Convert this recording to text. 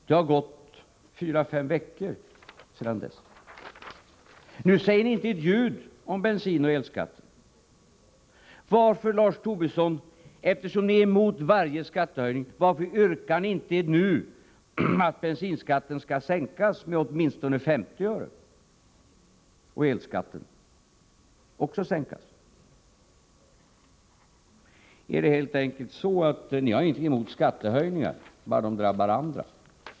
Det har gått fyra fem veckor sedan dess. Nu säger ni inte ett ljud om bensinoch elskatten. Varför, Lars Tobisson, yrkar ni inte nu eftersom ni är emot varje skattehöjning, att bensinskatten skall sänkas med åtminstone 50 öre och att man även skall sänka elskatten? Är det helt enkelt så att ni inte har någonting emot skattehöjningar, bara de drabbar andra?